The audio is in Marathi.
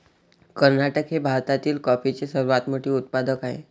कर्नाटक हे भारतातील कॉफीचे सर्वात मोठे उत्पादक आहे